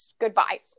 goodbye